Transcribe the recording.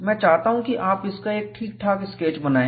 मैं चाहता हूं कि आप इसका एक ठीक ठाक स्केच बनाएं